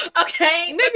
Okay